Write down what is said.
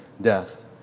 death